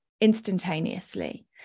instantaneously